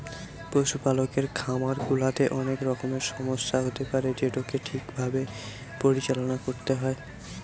পশুপালকের খামার গুলাতে অনেক রকমের সমস্যা হতে পারে যেটোকে ঠিক ভাবে পরিচালনা করতে হয়